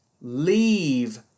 leave